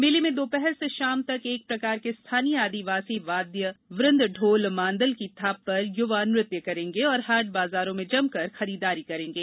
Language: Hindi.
मेले में दोपहर से शाम तक एक प्रकार के स्थानीय आदिवासी वाद्य वृन्द ढोल मांदल की थाप पर युवा नृत्य करेंगे और हाट बाजारों में जमकर खरीदारी करेंगे